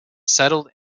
settled